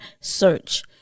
search